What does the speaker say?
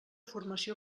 formació